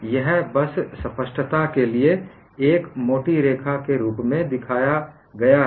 यह बस स्पष्टता के लिए एक मोटी रेखा के रूप में दिखाया गया है